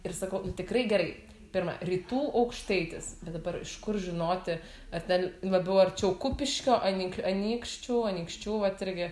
ir sakau nu tikrai gerai pirma rytų aukštaitis bet dabar iš kur žinoti ar ten labiau arčiau kupiškio anyk anykščių anykščių vat irgi